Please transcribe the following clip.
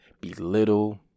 belittle